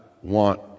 want